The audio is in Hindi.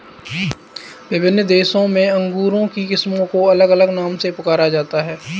विभिन्न देशों में अंगूर की किस्मों को अलग अलग नामों से पुकारा जाता है